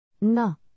No